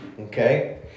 Okay